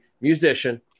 musician